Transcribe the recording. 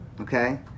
Okay